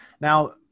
now